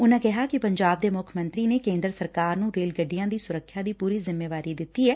ਉਨੂਾਂ ਨੇ ਕਿਹਾ ਕਿ ਪੰਜਾਬ ਦੇ ਮੁੱਖ ਮੰਤਰੀ ਨੇ ਕੇਂਦਰ ਸਰਕਾਰ ਨੂੰ ਰੇਲ ਗੱਡੀਆਂ ਦੀ ਸੁਰੱਖਿਆ ਦੀ ਪੁਰੀ ਜਿੰਮੇਵਾਰੀ ਦਿੱਤੀ ਏ